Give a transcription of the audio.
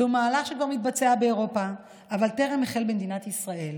זהו מהלך שכבר מתבצע באירופה אבל טרם החל במדינת ישראל.